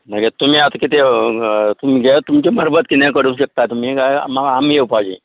मागीर तुमी आता कितें तुमगे तुमचे मार्फत कितें करूंक शकता तुमी काय आमी येवपाचें